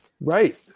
Right